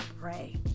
Pray